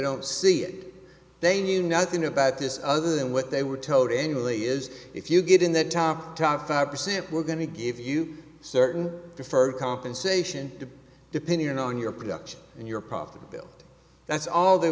don't see it they knew nothing about this other than what they were told any really is if you get in that top top five percent we're going to give you certain deferred compensation depending on your production and your profitability that's all they